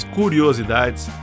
curiosidades